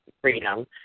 freedom